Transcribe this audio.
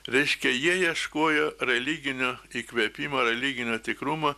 reiškia jie ieškojo religinio įkvėpimo religinio tikrumo